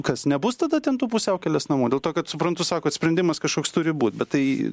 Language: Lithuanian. kas nebus tada ten tų pusiaukelės namų dėl to kad suprantu sakot sprendimas kažkoks turi būt bet tai